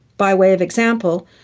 by way of example,